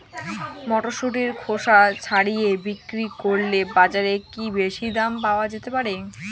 মটরশুটির খোসা ছাড়িয়ে বিক্রি করলে বাজারে কী বেশী দাম পাওয়া যেতে পারে?